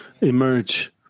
emerge